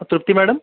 Trupti madam